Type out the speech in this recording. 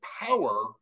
power